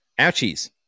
Ouchies